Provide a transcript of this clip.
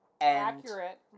Accurate